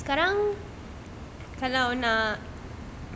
sekarang kalau nak